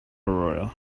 aura